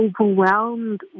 overwhelmed